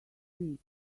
sweet